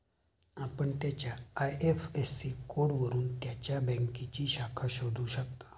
आपण त्याच्या आय.एफ.एस.सी कोडवरून त्याच्या बँकेची शाखा शोधू शकता